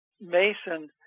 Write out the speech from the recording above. Mason